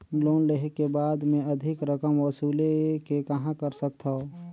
Loan लेहे के बाद मे अधिक रकम वसूले के कहां कर सकथव?